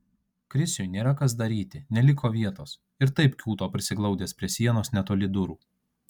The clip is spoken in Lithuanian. krisiui nėra kas daryti neliko vietos ir taip kiūto prisiglaudęs prie sienos netoli durų